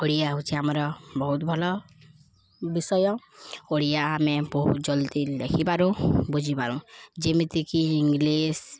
ଓଡ଼ିଆ ହେଉଛି ଆମର ବହୁତ ଭଲ ବିଷୟ ଓଡ଼ିଆ ଆମେ ବହୁତ ଜଲ୍ଦି ଲେଖିପାରୁ ବୁଝିପାରୁ ଯେମିତିକି ଇଂଲିଶ